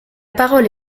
parole